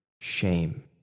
Shame